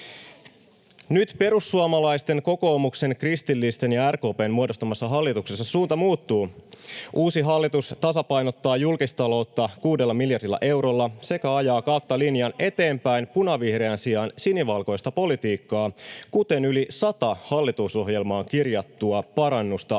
Nyt perussuomalaisten, kokoomuksen, kristillisten ja RKP:n muodostamassa hallituksessa suunta muuttuu. Uusi hallitus tasapainottaa julkista taloutta kuudella miljardilla eurolla sekä ajaa kautta linjan eteenpäin punavihreän sijaan sinivalkoista politiikkaa, kuten yli sataa hallitusohjelmaan kirjattua parannusta